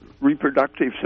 reproductive